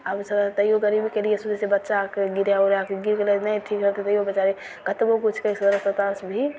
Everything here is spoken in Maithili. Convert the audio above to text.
आबसँ तइयो गरीबके लिए सुनय छियै बच्चा आरके गिरय उड़य कि गिर गेलय नहि ठीक हेतय तइयो बेचारी कतबो किछु करऽ पड़तय किछु भी